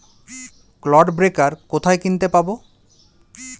Clod breaker কোথায় কিনতে পাব?